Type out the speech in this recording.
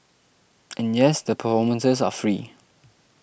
and yes the performances are free